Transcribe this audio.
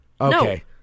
Okay